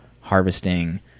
harvesting